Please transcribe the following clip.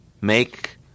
make